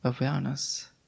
awareness